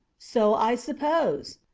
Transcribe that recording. so i suppose.